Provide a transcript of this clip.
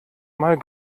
mal